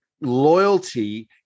Loyalty